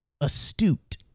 astute